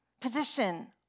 position